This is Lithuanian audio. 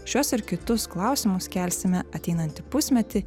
šiuos ir kitus klausimus kelsime ateinantį pusmetį